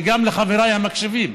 וגם לחבריי המקשיבים,